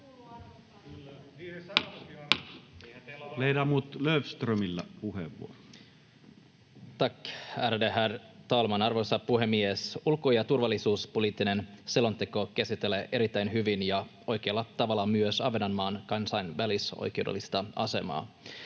Ledamot Löfströmillä puheenvuoro.